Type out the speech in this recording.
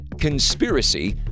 Conspiracy